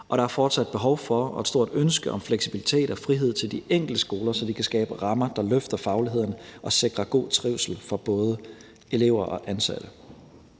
og der er fortsat behov for og et stort ønske om fleksibilitet og frihed til de enkelte skoler, så de kan skabe rammer, der løfter fagligheden og sikrer god trivsel for både elever og ansatte.